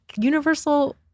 universal